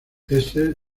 esther